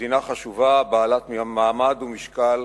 מדינה חשובה בעלת מעמד ומשקל